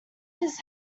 his